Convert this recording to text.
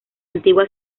antigua